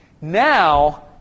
Now